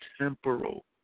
temporal